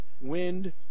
wind